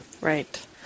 right